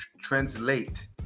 translate